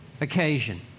occasion